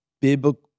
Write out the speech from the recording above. biblical